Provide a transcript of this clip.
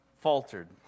faltered